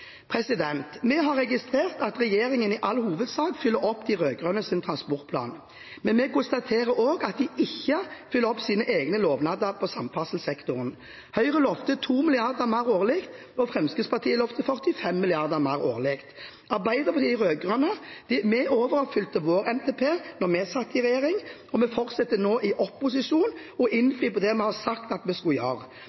dette. Vi har registrert at regjeringen i all hovedsak følger opp de rød-grønnes transportplan, men vi konstaterer også at de ikke følger opp sine egne lovnader på samferdselssektoren. Høyre lovte 2 mrd. kr mer årlig, og Fremskrittspartiet lovte 45 mrd. kr mer årlig. Arbeiderpartiet og de rød-grønne overoppfylte vår NTP da vi satt i regjering, og vi fortsetter nå i opposisjon